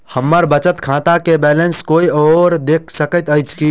हम्मर बचत खाता केँ बैलेंस कोय आओर देख सकैत अछि की